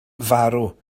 farw